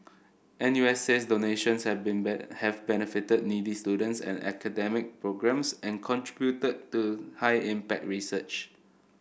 N U S says donations have been bat have benefited needy students and academic programmes and contributed to high impact research